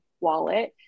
wallet